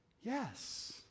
Yes